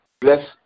Bless